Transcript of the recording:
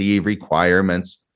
requirements